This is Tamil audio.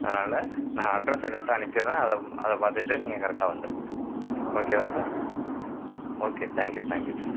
அதனால் நான் அட்ரஸை கரெக்டாக அனுப்பிடுகிறேன் அதை அதை பார்த்துட்டு நீங்கள் கரெக்டாக வந்துடுங்க ஓகேவா sir okay thank you thank you sir